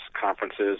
conferences